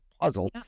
puzzle